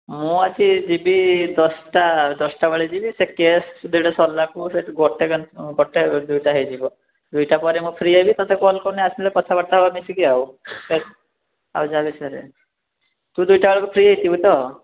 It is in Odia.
ମୁଁ ଆଜି ଯିବି ଦଶଟା ଦଶଟା ବେଳେ ଯିବି ସେ କେସ୍ ଦୁଇଟା ସରିଲା ପରେ ସେଠୁ ଗୋଟେ ଗୋଟେ ଦୁଇଟା ହେଇଯିବ ଦୁଇଟା ପରେ ମୁଁ ଫ୍ରି ହେବି ତୋତେ କଲ୍ କରିଲେ ଆସିଲେ କଥାବାର୍ତ୍ତା ହେବା ମିଶିକି ଆଉ ଆଉ ଜାଣିସାରେ ତୁ ଦୁଇଟା ବେଳକୁ ଫ୍ରି ହେଇଥିବୁ ତ